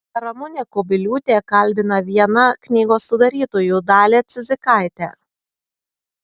ramunė kubiliūtė kalbina vieną knygos sudarytojų dalią cidzikaitę